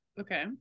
Okay